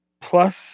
plus